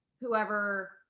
whoever